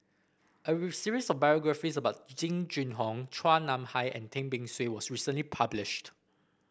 a series of biographies about Jing Jun Hong Chua Nam Hai and Tan Beng Swee was recently published